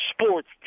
sports